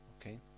Okay